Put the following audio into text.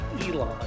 Elon